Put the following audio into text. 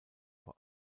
vor